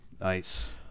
Nice